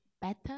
better